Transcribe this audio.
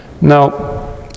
Now